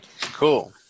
cool